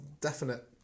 definite